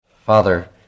Father